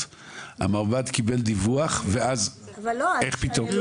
המרב"ד קיבל דיווח ואז איך פתאום?